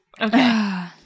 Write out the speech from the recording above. Okay